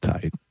Tight